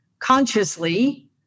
consciously